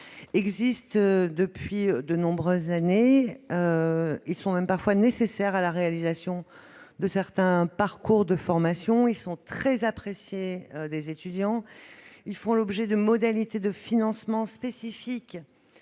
existe depuis de nombreuses années. De tels stages sont même parfois nécessaires à la réalisation de certains parcours de formation. Très appréciés des étudiants, ils font l'objet de modalités de financement spécifiques,